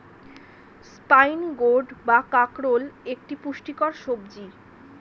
spine gourd বা কাঁকরোল একটি পুষ্টিকর সবজি